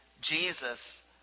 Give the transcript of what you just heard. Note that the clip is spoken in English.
Jesus